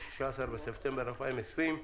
16 בספטמבר 2020,